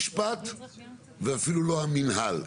הממשלה לא הציעה את